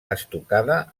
estucada